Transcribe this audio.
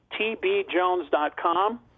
tbjones.com